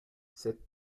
cette